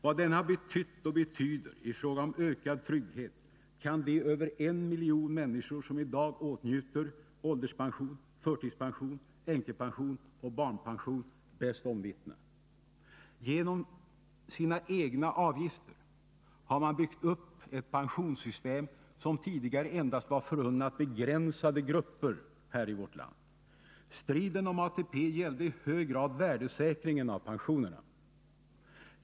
Vad den betytt och betyder i fråga om ökad trygghet kan de över en miljon människor som i dag åtnjuter ålderspension, förtidspension, änkepension och barnpension bäst omvittna. Genom sina egna avgifter har man byggt upp ett pensionssystem som tidigare endast var förunnat begränsade grupper här i vårt land. Striden om ATP gällde i hög grad värdesäkringen av pensionerna.